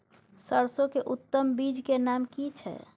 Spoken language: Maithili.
सरसो के उत्तम बीज के नाम की छै?